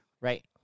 Right